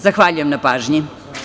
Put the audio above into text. Zahvaljujem na pažnji.